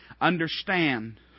Understand